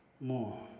More